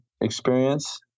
experience